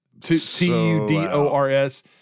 T-U-D-O-R-S